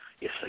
Yes